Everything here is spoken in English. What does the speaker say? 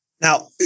Now